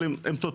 אבל הם תותחים.